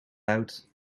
out